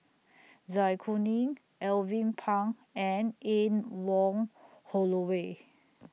Zai Kuning Alvin Pang and Anne Wong Holloway